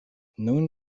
nun